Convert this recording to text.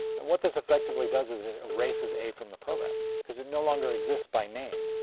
and what this effectively does is it erases a from the program, because it no longer exists by name.